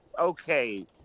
Okay